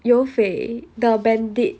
有匪 the bandit